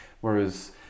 Whereas